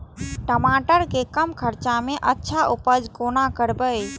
टमाटर के कम खर्चा में अच्छा उपज कोना करबे?